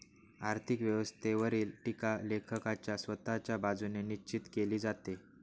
आर्थिक व्यवस्थेवरील टीका लेखकाच्या स्वतःच्या बाजूने निश्चित केली जाते